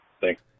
Thanks